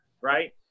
right